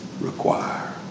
require